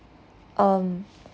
um